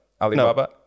Alibaba